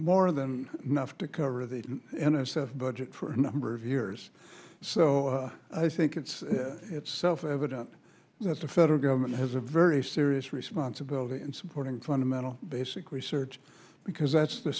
more than enough to cover the budget for a number of years so i think it's it's self evident that the federal government has a very serious responsibility in supporting fundamental basic research because that's the